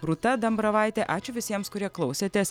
rūta dambravaitė ačiū visiems kurie klausėtės